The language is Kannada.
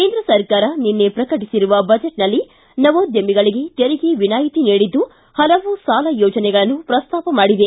ಕೇಂದ್ರ ಸರ್ಕಾರ ನಿನ್ನೆ ಪ್ರಕಟಿಸಿರುವ ಬಜೆಟ್ನಲ್ಲಿ ನವೋದ್ಯಮಗಳಿಗೆ ತೆರಿಗೆ ವಿನಾಯಿತಿ ನೀಡಿದ್ದು ಹಲವು ಸಾಲ ಯೋಜನೆಗಳನ್ನು ಪ್ರಸ್ತಾಪ ಮಾಡಿದೆ